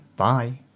Bye